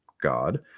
God